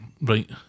Right